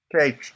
Okay